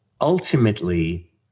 ultimately